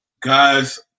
Guys